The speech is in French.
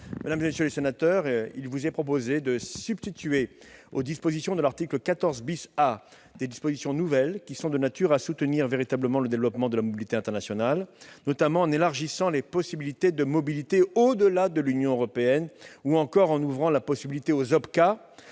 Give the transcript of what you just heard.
et de formation. Aussi, il est proposé de substituer aux dispositions de l'article 14 A des dispositions nouvelles, qui sont de nature à soutenir véritablement le développement de la mobilité internationale, notamment en élargissant les possibilités de mobilité au-delà de l'Union européenne, ou encore en ouvrant la possibilité aux OPCA,